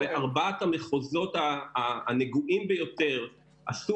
בארבעת המחוזות הנגועים ביותר עשו